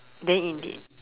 then in the